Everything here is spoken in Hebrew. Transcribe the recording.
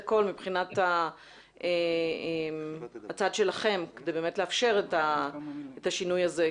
הכול מבחינת הצד שלכם כדי לאפשר את השינוי הזה.